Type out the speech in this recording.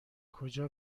کجا